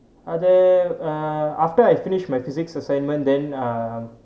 அதை:athai ah after I finished my physics assignment then err